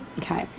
okay.